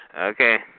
Okay